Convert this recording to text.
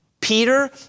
Peter